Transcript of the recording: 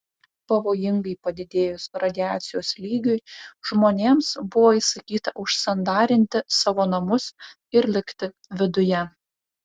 pavojingai padidėjus radiacijos lygiui žmonėms buvo įsakyta užsandarinti savo namus ir likti viduje